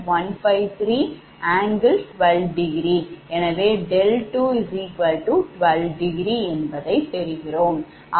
153∠12∘ எனவே 𝛿212∘ ஆக Ig14−𝑗14